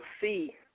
see